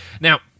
Now